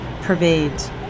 pervades